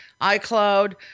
iCloud